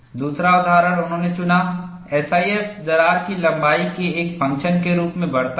दूसरा उदाहरण उन्होंने चुना एसआईएफ दरार की लंबाई के एक फंक्शन के रूप में बढ़ता है